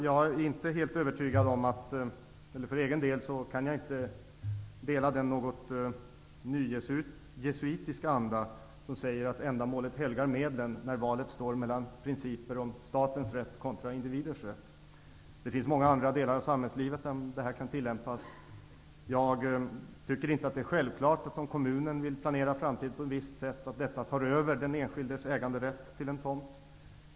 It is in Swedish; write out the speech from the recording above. Jag kan för egen del inte dela den nyjesuitiska anda som säger att ändamålen helgar medlen när valet står mellan principer om statens rätt kontra individens rätt. Det finns många andra delar av samhällslivet där detta synsätt kan tillämpas. Jag tycker inte att det är självklart att det faktum att kommunen vill planera framtiden på ett visst sätt tar över den enskildes äganderätt till en tomt.